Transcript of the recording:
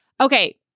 okay